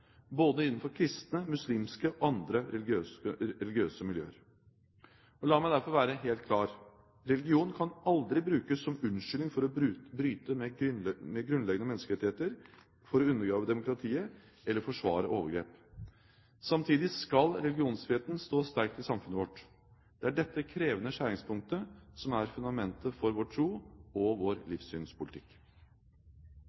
både innenfor kristne, muslimske og andre religiøse miljøer. La meg derfor være helt klar: Religion kan aldri brukes som unnskyldning for å bryte med grunnleggende menneskerettigheter, for å undergrave demokratiet eller forsvare overgrep. Samtidig skal religionsfriheten stå sterkt i samfunnet vårt. Det er dette krevende skjæringspunktet som er fundamentet for vår tros- og